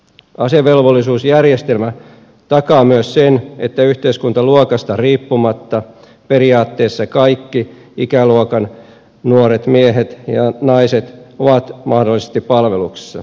asevelvollisuusjärjestelmä takaa myös sen että yhteiskuntaluokasta riippumatta periaatteessa kaikki ikäluokan nuoret miehet ja naiset ovat mahdollisesti palveluksessa